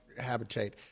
habitate